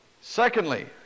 Secondly